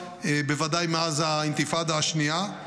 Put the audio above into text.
בוודאי מאז האינתיפאדה השנייה.